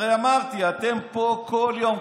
הרי אמרתי, אתם פה, כל יום,